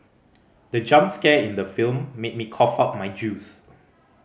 the jump scare in the film made me cough out my juice